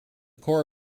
core